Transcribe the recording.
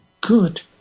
good